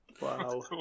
Wow